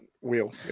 wheel